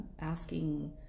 asking